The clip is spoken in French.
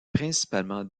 principalement